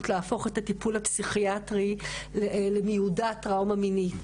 להפוך את הטיפול הפסיכיאטרי למיועד טראומה מינית.